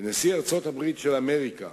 ונשיא ארצות-הברית של אמריקה